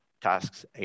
tasks